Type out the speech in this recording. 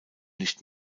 nicht